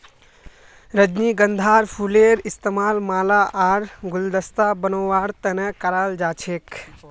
रजनीगंधार फूलेर इस्तमाल माला आर गुलदस्ता बनव्वार तने कराल जा छेक